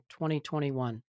2021